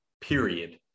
period